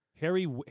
Harry